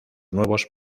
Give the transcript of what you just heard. nuevos